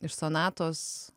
iš sonatos